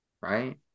right